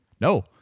No